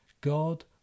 God